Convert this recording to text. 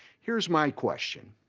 here's my question.